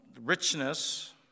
richness